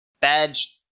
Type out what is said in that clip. badge